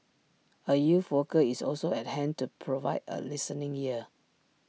A youth worker is also at hand to provide A listening ear